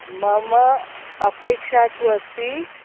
मम अपेक्षा तु अस्ति